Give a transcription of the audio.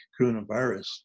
coronavirus